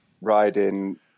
riding